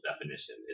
definition